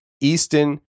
Easton